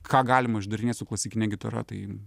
ką galima išdarinėt su klasikine gitara tai